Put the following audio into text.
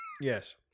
Yes